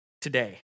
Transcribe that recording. today